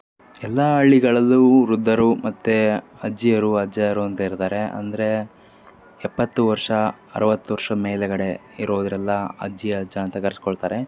ಎಲ್ಲ ಹಳ್ಳಿಗಳಲ್ಲೂ ವೃದ್ಧರು ಮತ್ತು ಅಜ್ಜಿಯರು ಅಜ್ಜಯರು ಅಂತ ಇರ್ತಾರೆ ಅಂದರೆ ಎಪ್ಪತ್ತು ವರ್ಷ ಅರುವತ್ತು ವರ್ಷದ್ ಮೇಲುಗಡೆ ಇರೋವ್ರೆಲ್ಲ ಅಜ್ಜಿ ಅಜ್ಜ ಅಂತ ಕರಿಸ್ಕೊಳ್ತಾರೆ